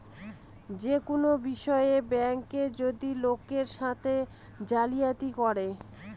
যে কোনো বিষয়ে ব্যাঙ্ক যদি লোকের সাথে জালিয়াতি করে